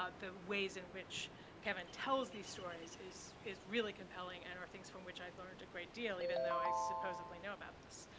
ah the ways in which kevin tells these stories is is really compelling and are things from which i learned a great deal, even though i supposedly know about this.